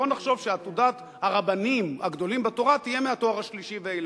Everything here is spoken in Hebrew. בואו נחשוב שעתודת הרבנים הגדולים בתורה תהיה מהתואר השלישי ואילך.